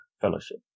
fellowship